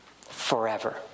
forever